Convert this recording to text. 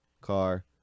car